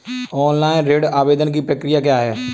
Online ऋण आवेदन की प्रक्रिया क्या है?